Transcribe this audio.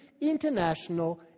international